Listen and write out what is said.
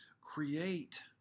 create